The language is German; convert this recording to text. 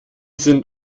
sind